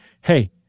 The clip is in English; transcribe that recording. hey